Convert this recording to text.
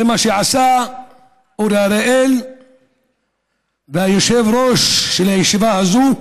זה מה שעשה אורי אריאל והיושב-ראש של הישיבה הזאת,